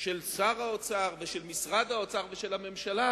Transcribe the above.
של שר האוצר, של משרד האוצר ושל הממשלה